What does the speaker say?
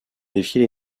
défier